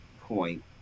point